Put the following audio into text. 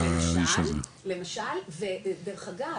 למשל ודרך אגב,